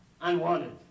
unwanted